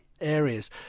areas